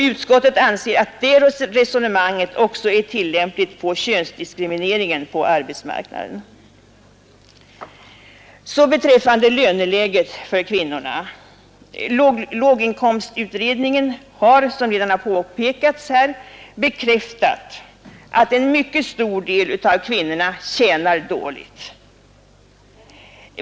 Utskottet anser att detta resonemang också är tillämpligt på könsdiskrimineringen på arbetsmarknaden. Vad beträffar löneläget för kvinnorna har låginkomstutredningen som redan påpekats bekräftat att en mycket stor del av kvinnorna tjänar dåligt.